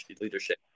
leadership